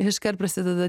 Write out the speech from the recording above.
iškart prasideda